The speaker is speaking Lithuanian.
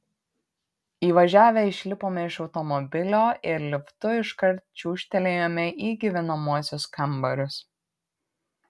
įvažiavę išlipome iš automobilio ir liftu iškart čiūžtelėjome į gyvenamuosius kambarius